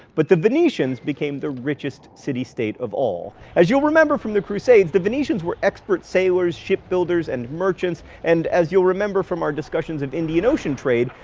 but the venetians became the richest city state of all. as you'll remember from the crusades, the venetians were expert sailors, shipbuilders, and merchants, and as you'll remember from our discussions of indian ocean trade,